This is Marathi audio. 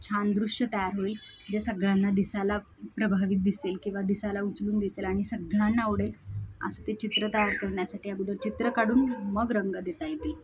छान दृश्य तयार होईल जे सगळ्यांना दिसायला प्रभावी दिसेल किंवा दिसायला उचलून दिसेल आणि सगळ्यांना आवडेल असं ते चित्र तयार करण्यासाठी अगोदर चित्र काढून मग रंग देता येतील